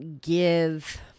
give